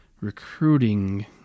recruiting